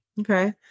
Okay